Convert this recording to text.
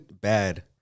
bad